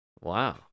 wow